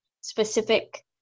specific